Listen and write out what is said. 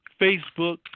facebook